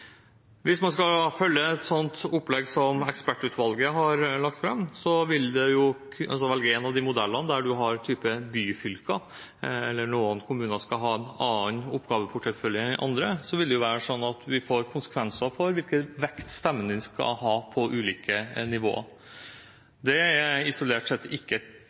Hvis man skal følge et slikt opplegg som ekspertutvalget har lagt fram og velge én av de modellene, hvor man har f.eks. byfylker, og at noen kommuner skal ha en annen oppgaveportefølje enn andre, vil jo det få konsekvenser for hvilken vekt stemmen din skal ha på ulike nivåer. Det er isolert sett ikke